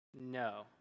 No